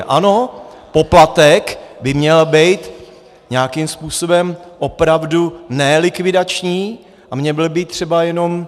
Ano, poplatek by měl být nějakým způsobem opravdu ne likvidační, měl by být třeba jenom...